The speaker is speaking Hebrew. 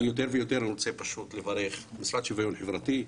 יותר מכול אני רוצה לברך את המשרד לשוויון חברתי,